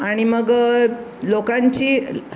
आणि मग लोकांची